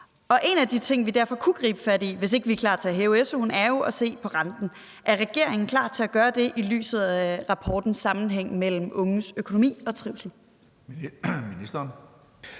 En af de ting, vi derfor kunne gribe fat i, hvis ikke vi er klar til at hæve su'en, er jo at se på renten. Er regeringen klar til at gøre det i lyset af rapporten om sammenhængen mellem unges økonomi og trivsel?